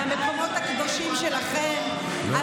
מהמקומות הקדושים שלכם,